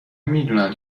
میدونن